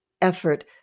effort